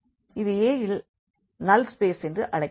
இது a வின் null space என்று அழைக்கப்படும்